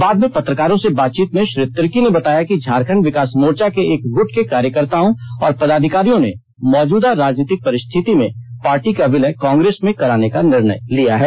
बाद में पत्रकारों से बातचीत में श्री तिर्की ने बताया कि झारखंड विकास मोर्चा के एक गुट के कार्यकर्त्ता और पदाधिकारियों ने मौजूदा राजनीतिक परिस्थिति में पार्टी का विलय कांग्रेस में कराने का निर्णय लिया है